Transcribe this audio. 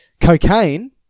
Cocaine